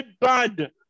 bad